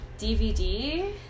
DVD